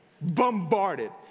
Bombarded